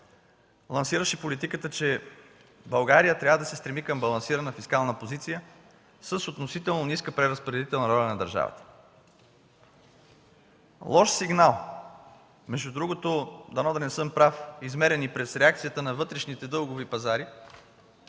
лансираше политиката, че България трябва да се стреми към балансирана фискална позиция с относително ниска преразпределителна роля на държавата. Лош сигнал – между другото, дано да не съм прав, измерен и през реакцията на вътрешните дългови пазари,